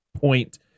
point